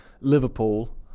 Liverpool